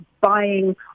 buying